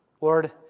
Lord